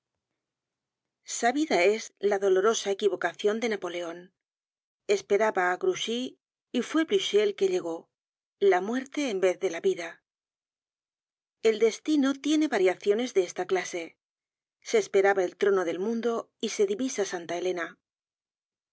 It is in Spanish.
sabida es la dolorosa equivocacion de napoleon esperaba á grouchy y fue blucher el que llegó la muerte en vez de la vida el destino tiene variaciones de esta clase se esperaba el trono del mundo y se divisa santa elena